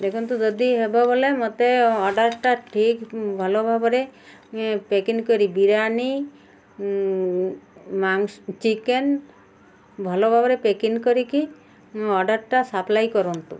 ଦେଖନ୍ତୁ ଯଦି ହେବ ବୋଲେ ମୋତେ ଅର୍ଡ଼ରଟା ଠିକ ଭଲ ଭାବରେ ପ୍ୟାକିଂ କରି ବିରିୟାନୀ ମାଂସ ଚିକେନ୍ ଭଲ ଭାବରେ ପ୍ୟାକିଂ କରିକି ମୋ ଅର୍ଡ଼ରଟା ସପ୍ଲାଇ କରନ୍ତୁ